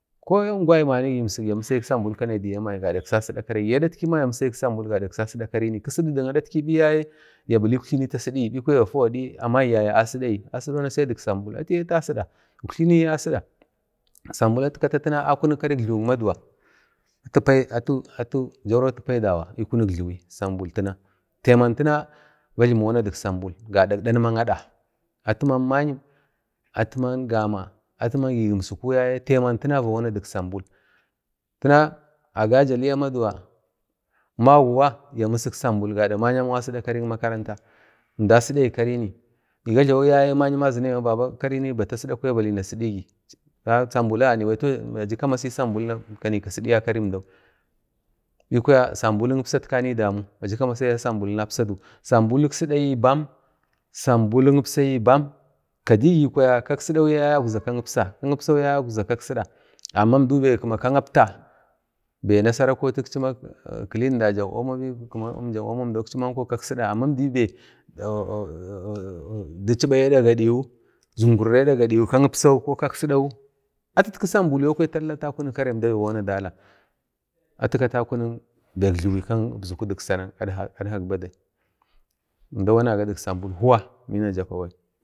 ko angwai mani ya misayik sambul gadak sasida karai ko amagi gadak sasida karai gi adatkima ya musu gadak sasida karini kisidu nigi biyaye ya bile uktlini ta sidigi bikwaya afo gadi amayiyaye a sidegi ata sidoni sai dik sambul atiyi ata sida, uktliniyiasida sambul atu kata tina akunik karik jluwuk maduwa atu-atu Jauro atu paidawa ikunuk jliwi sambul tina timan tina va jlimik wana dik sambul gadak dadman ada tman ma'yim atiman gama atima gi gimsuku yaye taiman yina va wama dik sambul, tina agaja lai amaduwa magik wa ya misik sambul gadak ma'yamau a sidak karik Makaranta, əmda asidegi karini gi gajlawak yaye ma'yim azinegi mamam baba karini bata sida kwaya abalai na sidigi a sambul a ganibai a aji kamasai sambul ni kanai kasiddiya karim dau bi kwaya sambul kipsatkanai damu aji kamasiya sambul napsau sambul kisidigi bam sambul ipsayi bam kadigi kwaya kak sida yaye aukza kaipsa ka ipsayi aukza kak sida amma əmdau be kak apta bai nasara kotakchi mama akchi manko kak sida di chiba ada gadiwu zungurra ada gadiwu kak ipsa kokak sidawu atitkusambul yo kwaya atu kata karai bai əmda va wana dala atu kata akunik bai kibzuku dik sanak adkak badai, əmda wanaga dik sambul huwa bina jappa bai